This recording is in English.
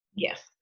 Yes